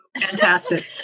Fantastic